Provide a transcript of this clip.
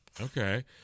okay